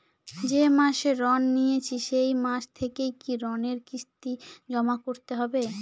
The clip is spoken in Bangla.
যে মাসে ঋণ নিয়েছি সেই মাস থেকেই কি ঋণের কিস্তি জমা করতে হবে?